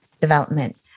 development